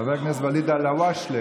חבר הכנסת ואליד אל-הואשלה,